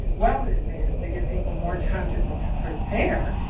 well in advance, to give people more time to but to prepare,